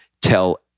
tell